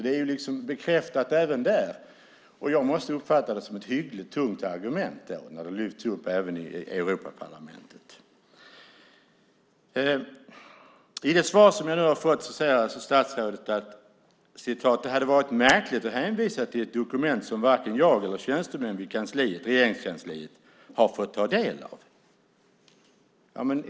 Det är bekräftat även där. Jag måste uppfatta det som ett hyggligt tungt argument när det lyfts upp även i Europaparlamentet. I det svar jag nu fick sade statsrådet att det hade varit en "märklig ordning att i detta sammanhang hänvisa till ett dokument som varken jag eller tjänstemän vid Regeringskansliet har fått ta del av".